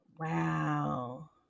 Wow